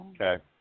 Okay